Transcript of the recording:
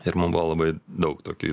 ir mum buvo labai daug tokių